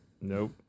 Nope